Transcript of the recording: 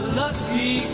lucky